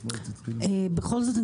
בכל זאת,